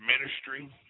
ministry